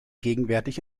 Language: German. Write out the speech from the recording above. gegenwärtig